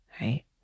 right